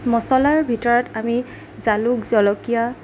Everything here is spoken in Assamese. মচলাৰ ভিতৰত আমি জালুক জলকীয়া